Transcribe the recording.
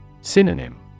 Synonym